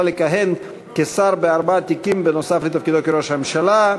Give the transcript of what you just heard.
לכהן כשר בארבעה תיקים בנוסף לתפקידו כראש הממשלה,